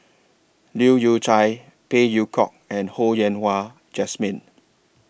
Leu Yew Chye Phey Yew Kok and Ho Yen Wah Jesmine